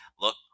look